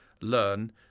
learn